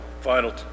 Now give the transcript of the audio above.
final